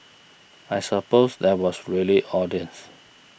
I suppose there was really audience